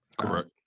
Correct